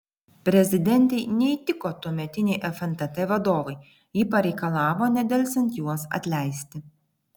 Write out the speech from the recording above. prezidentei neįtiko tuometiniai fntt vadovai ji pareikalavo nedelsiant juos atleisti